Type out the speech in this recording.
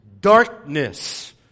darkness